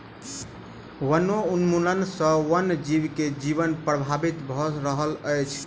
वनोन्मूलन सॅ वन जीव के जीवन प्रभावित भ रहल अछि